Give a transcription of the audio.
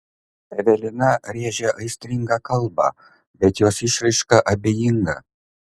evelina rėžia aistringą kalbą bet jos išraiška abejinga